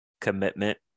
commitment